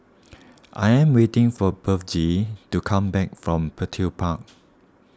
I am waiting for Bethzy to come back from Petir Park